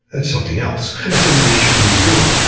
that's something else, that's something they shouldn't be doing.